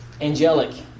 angelic